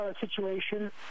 situation